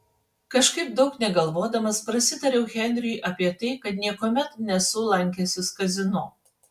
kažkaip daug negalvodamas prasitariau henriui apie tai kad niekuomet nesu lankęsis kazino